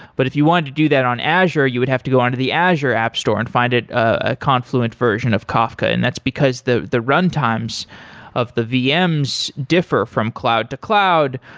but if you wanted to do that on azure, you would have to go onto the azure app store and find a ah confluent version of kafka, and that's because the the runtimes of the vms differ from cloud-to-cloud,